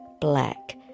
black